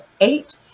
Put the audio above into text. eight